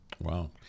Wow